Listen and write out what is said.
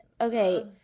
Okay